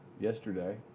Yesterday